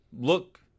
look